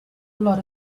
lot